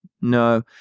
No